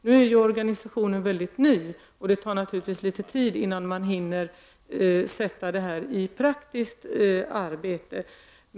Det är dock en helt ny organisation, och det tar naturligtvis litet tid innan man hinner genomföra detta i praktiken.